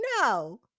No